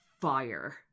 fire